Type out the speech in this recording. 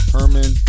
Herman